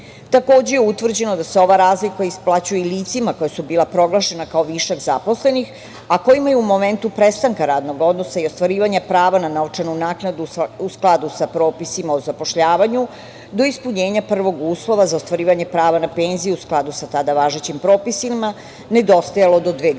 utvrđeno je da se ova razlika isplaćuje i licima koja su bila proglašena kao višak zaposlenih, a kojima je u momentu prestanka ranog odnosa i ostvarivanja prava na novčanu naknadu, u skladu sa propisima o zapošljavanju, do ispunjenja prvog uslova za ostvarivanje prava na penziju, u skladu sa tada važećim propisima, nedostajalo do dve godine.